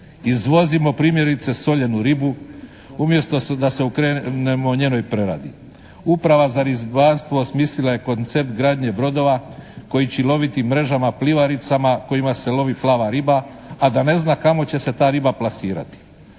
Izvozimo primjerice soljenu ribu umjesto da se okrenemo njenoj preradi. Uprava za ribarstvo osmislila je koncept gradnje brodova koji će loviti mrežama plivaricama kojima se lovi plava riba a da ne zna kamo će se ta riba plasirati.